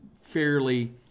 fairly